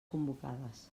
convocades